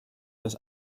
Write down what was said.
das